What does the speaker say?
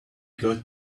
got